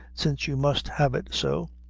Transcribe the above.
since you must have it so.